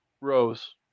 Rose